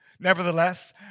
Nevertheless